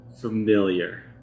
familiar